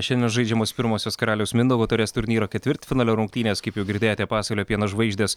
šiandien žaidžiamos pirmosios karaliaus mindaugo taurės turnyro ketvirtfinalio rungtynės kaip jau girdėjote pasvalio pieno žvaigždės